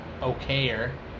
okayer